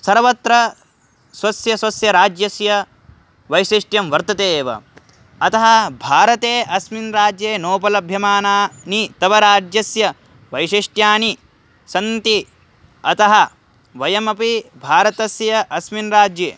सर्वत्र स्वस्य स्वस्य राज्यस्य वैशिष्ट्यं वर्तते एव अतः भारते अस्मिन् राज्ये नोपलभ्यमानानि तवराज्यस्य वैशिष्ट्यानि सन्ति अतः वयमपि भारतस्य अस्मिन् राज्ये